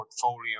portfolio